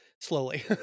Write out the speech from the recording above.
slowly